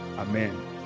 Amen